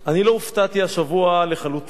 לא הופתעתי השבוע לחלוטין,